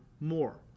more